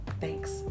Thanks